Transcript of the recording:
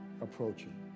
approaching